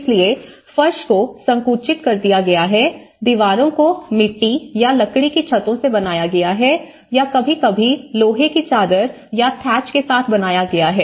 इसलिए फर्श को संकुचित कर दिया गया हैदीवारों को मिट्टी या लकड़ी की छतों से बनाया गया है या कभी कभी लोहे की चादर या थैच के साथ बनाया गया है